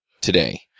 today